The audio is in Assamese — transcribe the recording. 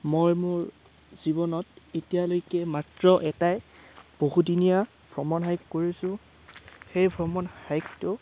মই মোৰ জীৱনত এতিয়ালৈকে মাত্ৰ এটাই বহুদিনীয়া ভ্ৰমণ হাইক কৰিছোঁ ই ভ্ৰমণ হাইকটো